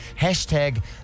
Hashtag